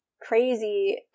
crazy